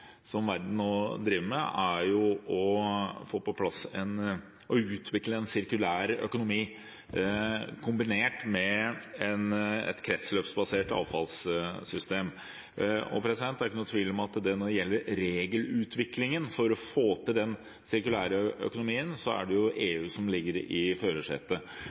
som verden nå driver med, er å utvikle en sirkulær økonomi, kombinert med et kretsløpsbasert avfallssystem. Det er ikke noen tvil om at når det gjelder regelutviklingen for å få til den sirkulære økonomien, er det EU som sitter i førersetet. Det er gjerne også EU som er i førersetet